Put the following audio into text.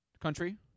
Country